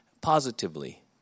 positively